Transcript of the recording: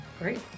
great